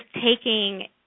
taking